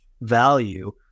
value